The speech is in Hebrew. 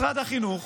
משרד החינוך